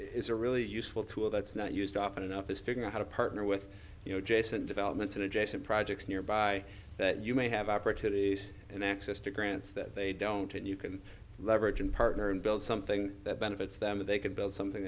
is a really useful tool that's not used often enough is figure out how to partner with you know jason developments in adjacent projects nearby that you may have opportunities and access to grants that they don't and you can leverage and partner and build something that benefits them or they can build something